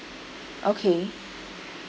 okay